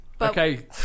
Okay